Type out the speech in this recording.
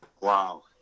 wow